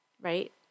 right